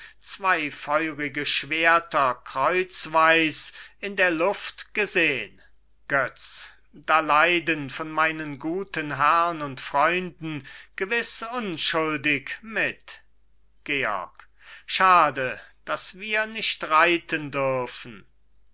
zwei feurige schwerter kreuzweis in der luft gesehn götz da leiden von meinen guten herrn und freunden gewiß unschuldig mit georg schade daß wir nicht reiten dürfen